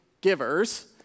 givers